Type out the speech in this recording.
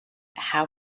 how